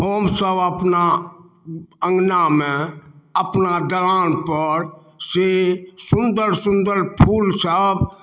हमसब अपना अङनामे अपना दलानपर से सुन्दर सुन्दर फूल सब